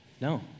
no